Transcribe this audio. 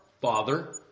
father